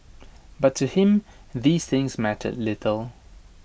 but to him these things mattered little